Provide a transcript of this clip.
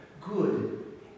good